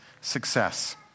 success